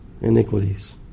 iniquities